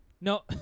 No